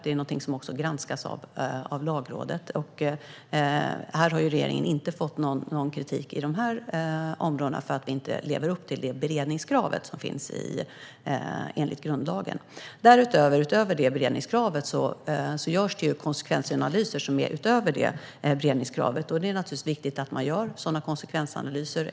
Detta granskas också av Lagrådet, och regeringen har inte fått någon kritik för att vi inte på dessa områden lever upp till det beredningskrav som finns i grundlagen. Utöver beredningskravet görs det konsekvensanalyser, och det är naturligtvis viktigt att sådana görs.